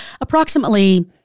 approximately